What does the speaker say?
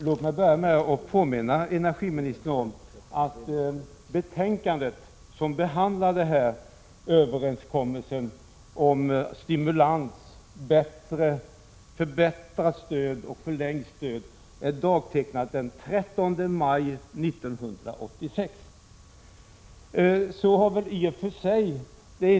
Låt mig börja med att påminna energiministern om att det betänkande som behandlar denna överenskommelse om stimulans, förbättrat och förlängt stöd, är daterad den 15 maj 1986.